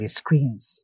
screens